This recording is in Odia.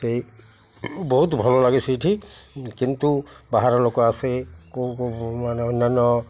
ସେଇ ବହୁତ ଭଲ ଲାଗେ ସେଇଠି କିନ୍ତୁ ବାହାର ଲୋକ ଆସେ କେଉଁ ମାନେ ଅନ୍ୟାନ୍ୟ